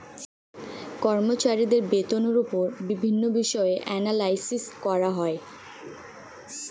কর্মচারীদের বেতনের উপর বিভিন্ন বিষয়ে অ্যানালাইসিস করা হয়